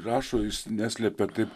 rašo jis neslepia taip